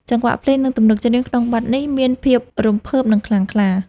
ចង្វាក់ភ្លេង និងទំនុកច្រៀងក្នុងបទនេះមានភាពរំភើប និងខ្លាំងក្លា។